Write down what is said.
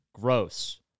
Gross